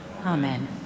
Amen